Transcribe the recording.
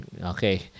Okay